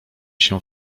się